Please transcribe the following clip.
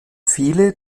viele